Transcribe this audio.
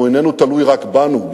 כי הוא איננו תלוי רק בנו,